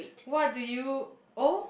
what do you oh